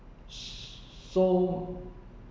so